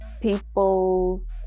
people's